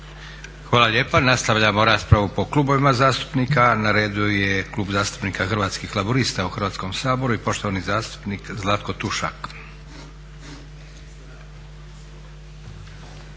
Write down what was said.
Hvala lijepa. Nastavljamo raspravu po klubovima zastupnika. Na redu je Klub zastupnika Hrvatskih laburista u Hrvatskom saboru i poštovani zastupnik Zlatko Tušak.